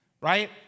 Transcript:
right